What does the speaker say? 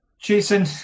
Jason